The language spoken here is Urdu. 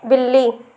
بلّی